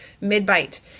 mid-bite